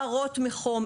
למה רמ"י אשמים?